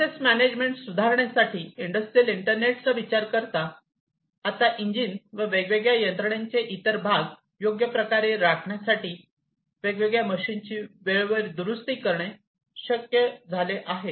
asset management सुधारणा साठी industrial इंटरनेटचा विचार करता आता इंजिन व वेगवेगळ्या यंत्रणेचे इतर भाग योग्य प्रकारे राखण्यासाठी वेगवेगळ्या मशीनची वेळेवर दुरुस्ती करणे शक्य झाले आहे